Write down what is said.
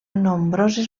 nombroses